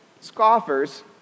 scoffers